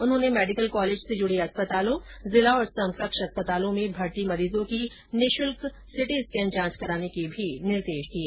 उन्होंने medical college से जुडे अस्पतालों जिला और समकक्ष अस्पतालों में भर्ती मरीजों की निःशल्क सिटीस्केन जांच कराने के भी निर्देश दिये